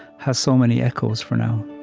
has so many echoes for now